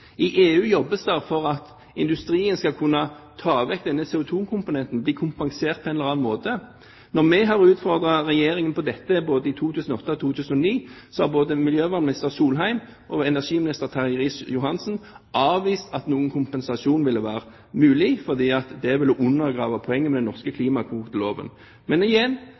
I EU jobbes det for at industrien skal kunne ta vekk denne CO2-komponenten, bli kompensert på en eller annen måte. Da vi utfordret Regjeringen på dette både i 2008 og i 2009, avviste både miljøvernminister Solheim og energiminister Terje Riis-Johansen at noen kompensasjon ville være mulig, for det ville undergrave poenget med den norske klimakvoteloven. Men igjen: